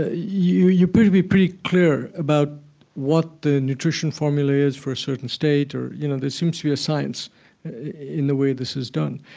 ah you you prove to be pretty clear about what the nutrition formula is for a certain state or you know there seems to be a science in the way this is done.